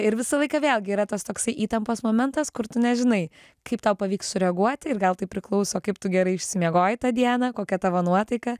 ir visą laiką vėlgi yra tas toksai įtampos momentas kur tu nežinai kaip tau pavyks sureaguoti ir gal tai priklauso kaip tu gerai išsimiegojai tą dieną kokia tavo nuotaika